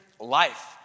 life